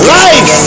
life